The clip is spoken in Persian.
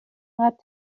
انقدر